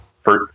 first